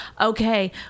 Okay